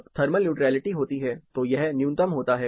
जब thermal neutrality होती है तो यह न्यूनतम होता है